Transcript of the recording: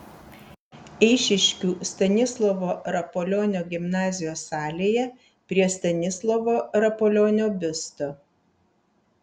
eišiškių stanislovo rapolionio gimnazijos salėje prie stanislovo rapolionio biusto